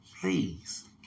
Please